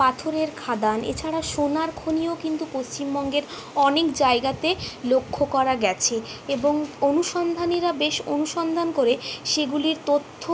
পাথরের খাদান এছাড়া সোনার খনিও কিন্তু পশ্চিমবঙ্গের অনেক জায়গাতে লক্ষ্য করা গেছে এবং অনুসন্ধানীরা বেশ অনুসন্ধান করে সেগুলির তথ্য